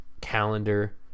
calendar